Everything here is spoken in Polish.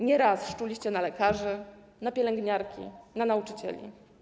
Nie raz szczuliście na lekarzy, na pielęgniarki, na nauczycieli.